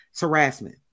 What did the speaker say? harassment